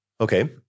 Okay